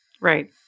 Right